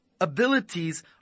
abilities